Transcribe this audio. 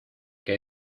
que